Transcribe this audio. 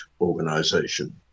organization